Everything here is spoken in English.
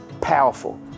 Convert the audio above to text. Powerful